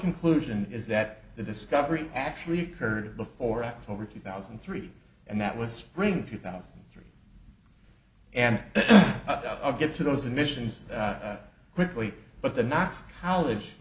conclusion is that the discovery actually occurred before october two thousand and three and that was spring two thousand and three and i'll get to those admissions quickly but the knox college